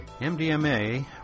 MDMA